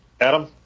Adam